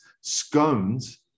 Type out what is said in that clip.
scones